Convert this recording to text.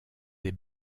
des